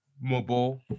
mobile